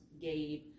Gabe